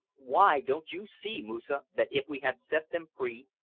why, don't you see, moosa, that if we had set them free,